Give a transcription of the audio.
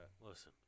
Listen